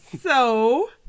So-